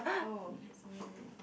oh is me